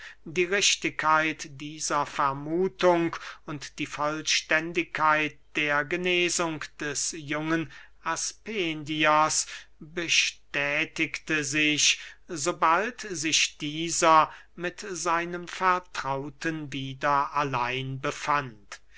die richtigkeit dieser vermuthung und die vollständigkeit der genesung des jungen aspendiers bestätigte sich sobald sich dieser mit seinem vertrauten wieder allein befand